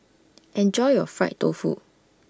Enjoy your Fried Tofu